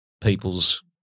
people's